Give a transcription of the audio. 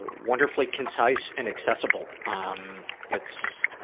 wonderfully concise and accessible. um it's,